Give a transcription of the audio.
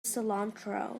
cilantro